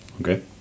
Okay